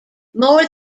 more